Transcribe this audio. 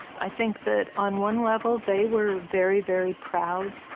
i think that on one level they were very, very proud.